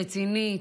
רצינית,